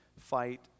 fight